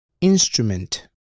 instrument